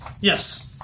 Yes